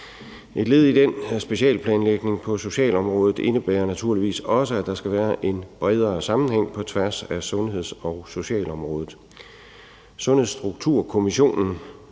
Et led i den specialeplanlægning på socialområdet indebærer naturligvis også, at der skal være en bredere sammenhæng på tværs af sundheds- og socialområdet.